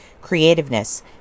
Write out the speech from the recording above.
creativeness